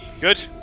Good